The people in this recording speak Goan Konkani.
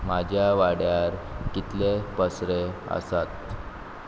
म्हज्या वाड्यार कितले पसरे आसात